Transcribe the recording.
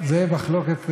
זאת מחלוקת כבדה.